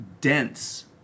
dense